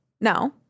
No